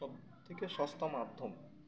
সবথেকে সস্তা মাধ্যম